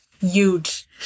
Huge